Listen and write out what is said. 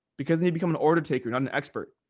because they become an order taker, not an expert.